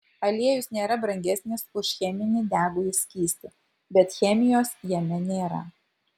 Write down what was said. aliejus nėra brangesnis už cheminį degųjį skystį bet chemijos jame nėra